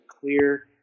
clear